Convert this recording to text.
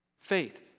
Faith